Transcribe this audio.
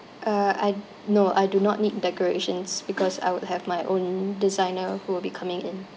uh I no I do not need decorations because I would have my own designer who will be coming in